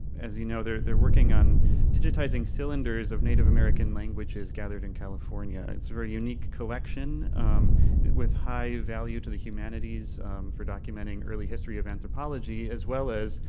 as you know, they're they're working on digitizing cylinders of native american languages gathered in california. it's a very unique collection with high value to the humanities for documenting early history of anthropology, as well as,